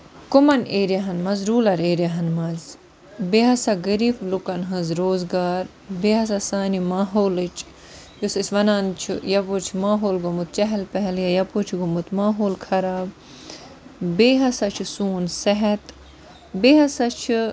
کٔمَن ایریاہَن منٛز رُلر ایریاہَن منٛز بیٚیہِ ہسا غریٖب لوٗکن ہٕنٛز روزگار بیٚیہِ ہسا سانہِ ماحولٕچ یُس أسۍ وَنان چھِ یَپٲرۍ چھُ ماحول گوٚمُت چیہل پیہَل یا یَپٲرۍ چھُ گوٚمُت ماحول خراب بیٚیہِ ہسا چھُ سوٚن صحت بیٚیہِ ہسا چھُ